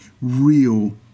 real